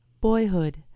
Boyhood